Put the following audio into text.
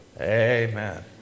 Amen